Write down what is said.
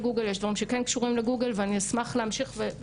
ממשרד המשפטים.